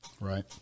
Right